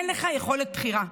אין לך יכולת בחירה.